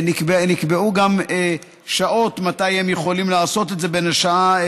נקבעו שעות מתי הם יכולים לעשות את זה: בין השעה